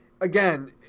again